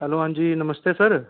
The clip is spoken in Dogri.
हैलो हां जी नमस्ते सर